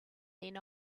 then